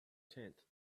tenth